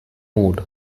mode